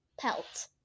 Pelt